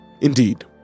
Indeed